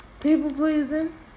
People-pleasing